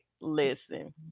listen